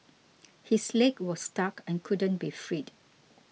his leg was stuck and couldn't be freed